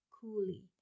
coolly